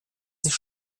sich